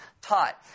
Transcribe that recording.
taught